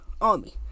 Army